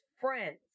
friends